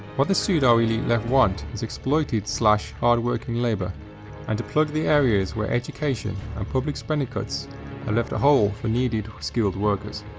what the pseudo elite left want is exploited hard working labour and to plug the areas where education and public spending cuts have ah left a hole for needed skilled workers.